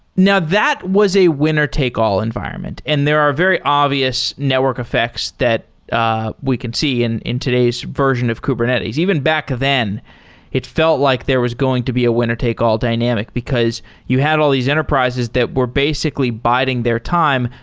now, that was a winner-take-all environment and there are very obvious network effects that we can see in in today's version of kubernetes, even back then it felt like there was going to be a winner-take-all dynamic, because you had all these enterprises that were basically biding their time.